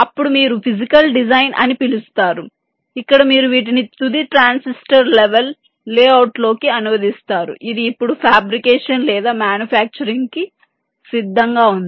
అప్పుడు మీరు physical design అని పిలుస్తారు ఇక్కడ మీరు వీటిని తుది ట్రాన్సిస్టర్ లెవెల్ లేఅవుట్లోకి అనువదిస్తారు ఇది ఇప్పుడు ఫ్యాబ్రికేషన్ లేదా మ్యానుఫ్యాక్చరింగ్ కి సిద్ధంగా ఉంది